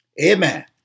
Amen